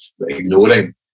ignoring